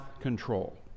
control